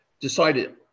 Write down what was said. decided